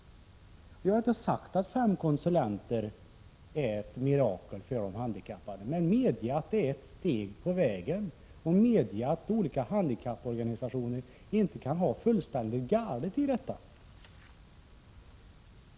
Jag har inte sagt att fem konsulenter skulle vara ett mirakel för de handikappade, men medge att det är ett steg på vägen och att olika handikapporganisationer inte kan ha fullständigt fel i detta.